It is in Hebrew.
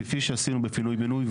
כפי שעשינו בפינוי בינוי,